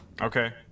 Okay